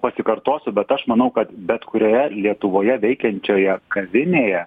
pasikartosiu bet aš manau kad bet kurioje lietuvoje veikiančioje kavinėje